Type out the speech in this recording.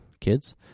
kids